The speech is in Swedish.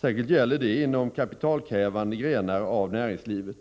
Särskilt gäller det inom kapitalkrävande grenar av näringslivet.